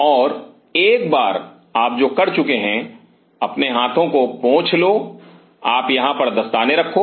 और एक बार आप जो कर चुके हैं अपने हाथों को पोंछ लो आप यहां पर दस्ताने रखो